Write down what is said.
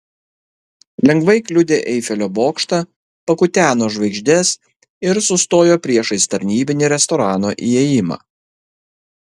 lengvai kliudė eifelio bokštą pakuteno žvaigždes ir sustojo priešais tarnybinį restorano įėjimą